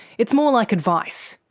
it's more like advice,